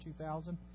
2000